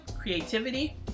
creativity